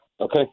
Okay